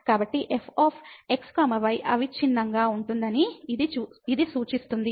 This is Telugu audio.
కాబట్టి f x y అవిచ్ఛిన్నంగా ఉంటుందని ఇది సూచిస్తుంది